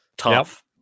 tough